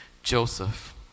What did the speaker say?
Joseph